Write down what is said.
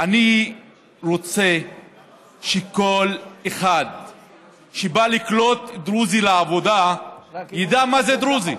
אני רוצה שכל אחד שבא לקלוט דרוזי לעבודה ידע מה זה דרוזי.